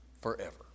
Forever